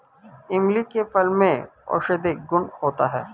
इमली के फल में औषधीय गुण होता है